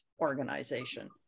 organization